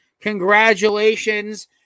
Congratulations